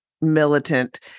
militant